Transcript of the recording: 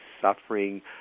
suffering